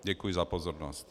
Děkuji za pozornost.